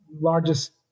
largest